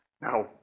now